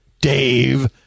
Dave